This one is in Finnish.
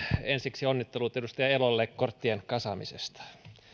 ensiksi onnittelut edustaja elolle korttien kasaamisesta